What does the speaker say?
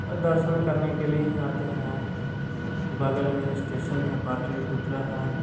और दर्शन करने के लिए ही आते हैं बगल में स्टेशन है पाटलिपुत्र है